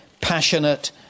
passionate